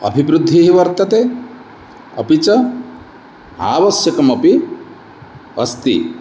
अभिवृद्धिः वर्तते अपि च आवश्यकमपि अस्ति